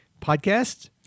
podcast